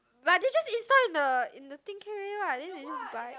but they just install in the in the thing can already what then they just buy